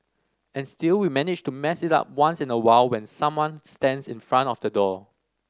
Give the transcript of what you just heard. and still we manage to mess it up once in a while when someone stands in front of the door